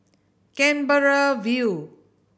Canberra View